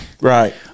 right